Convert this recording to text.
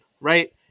right